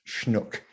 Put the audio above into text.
schnook